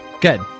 Good